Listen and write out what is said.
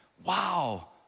Wow